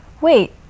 wait